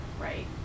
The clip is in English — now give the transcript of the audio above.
Right